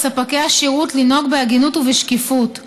על ספקי השירות לנהוג בהגינות ובשקיפות,